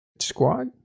squad